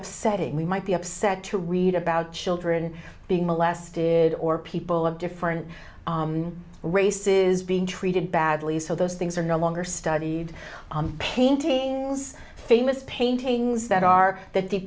upsetting we might be upset to read about children being molested or people of different races being treated badly so those things are no longer studied paintings famous paintings that are that the